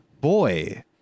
boy